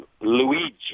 Luigi